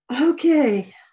Okay